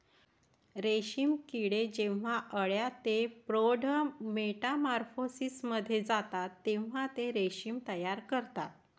रेशीम किडे जेव्हा अळ्या ते प्रौढ मेटामॉर्फोसिसमधून जातात तेव्हा ते रेशीम तयार करतात